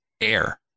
air